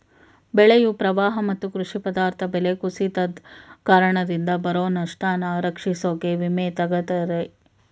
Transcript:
ಬೆಳೆಯು ಪ್ರವಾಹ ಮತ್ತು ಕೃಷಿ ಪದಾರ್ಥ ಬೆಲೆ ಕುಸಿತದ್ ಕಾರಣದಿಂದ ಬರೊ ನಷ್ಟನ ರಕ್ಷಿಸೋಕೆ ವಿಮೆ ತಗತರೆ